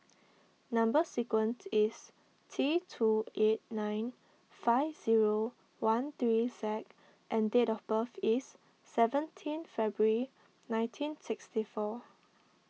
Number Sequence is T two eight nine five zero one three Z and date of birth is seventeen February nineteen sixty four